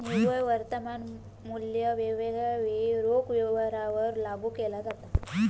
निव्वळ वर्तमान मुल्य वेगवेगळ्या वेळी रोख व्यवहारांवर लागू केला जाता